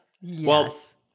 yes